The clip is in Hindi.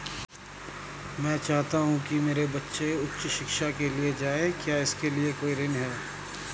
मैं चाहता हूँ कि मेरे बच्चे उच्च शिक्षा के लिए जाएं क्या इसके लिए कोई ऋण है?